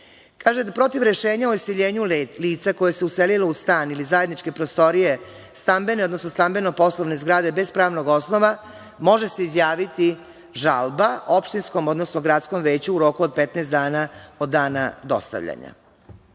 Kaže - da protiv rešenja o iseljenju lica koja su se uselila u stan ili zajedničke prostorije stambene, odnosno stambeno-poslovne zgrade, bez pravnog osnova, može se izjaviti žalba opštinskom, odnosno gradskom veću u roku od 15 dana, od dana dostavljanja. Vi